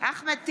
אחמד טיבי,